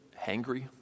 hangry